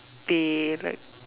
they like